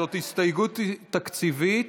זו הסתייגות תקציבית.